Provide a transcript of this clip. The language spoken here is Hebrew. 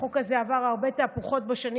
החוק הזה עבר הרבה תהפוכות בשנים